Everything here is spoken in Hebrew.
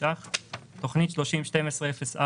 הרי כל פעם שאנחנו שואלים משהו באבטחה,